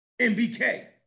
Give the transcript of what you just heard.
MBK